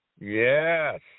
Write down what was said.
Yes